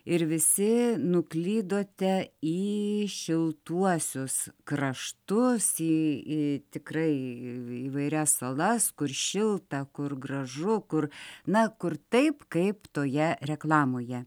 ir visi nuklydote į šiltuosius kraštus į į tikrai įvairias salas kur šilta kur gražu kur na kur taip kaip toje reklamoje